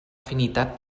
afinitat